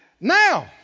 now